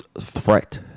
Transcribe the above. threat